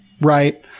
Right